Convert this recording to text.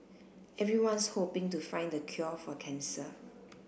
everyone's hoping to find the cure for cancer